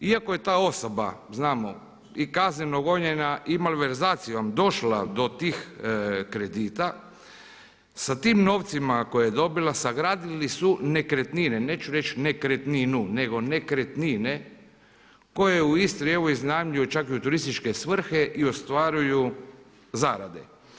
Iako je ta osoba znamo i kazneno gonjena i malverzacijom došla do tih kredita, sa tim novcima koje je dobila sagradili su nekretnine, neću reći nekretninu nego nekretnine koje u Istri evo iznajmljuju čak u turističke svrhe i ostvaruju zarade.